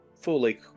fully